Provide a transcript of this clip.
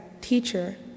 teacher